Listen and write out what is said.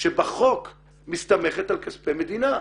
שבחוק מסתמכת על כספי מדינה.